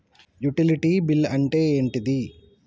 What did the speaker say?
Utility bill అంటే ఏంటిది?